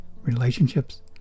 relationships